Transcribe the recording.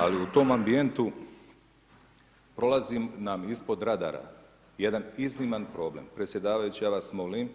Ali u tom ambijentu, prolazi nam ispod radara, jedan izniman problem, predsjedavajući, ja vas molim,